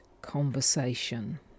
conversation